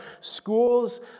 schools